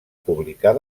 publicar